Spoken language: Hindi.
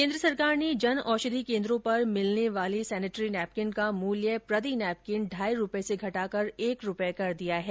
केंद्र सरकार ने जनऔषधि केंद्रों पर मिलने वाली सेनेटरी नैपकिन का मूल्य प्रति नैपकिन ढाई रुपये से घटाकर एक रुपये कर दिया है